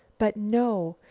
but no,